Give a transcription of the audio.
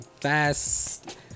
fast